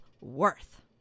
worth